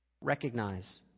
recognize